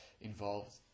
involved